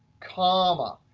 comma,